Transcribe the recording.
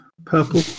purple